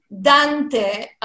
Dante